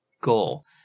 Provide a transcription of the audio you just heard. goal